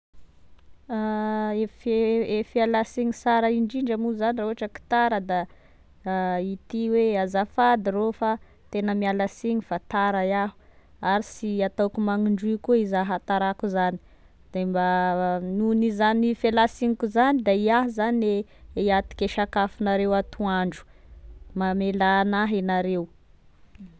E fe- e fialasigny sara indrindra moa zany raha ohatry ke tara da ity hoe azafady rô fa tegna miala signy fa tara iaho ary sy ataoko magnindroy koa iza hatarako iza de mba noho izany fialasigniko za da iah zany gne e hiantoky e sakafonareo atoandro, mamelà agnahy e nareo.